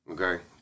Okay